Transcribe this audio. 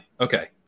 okay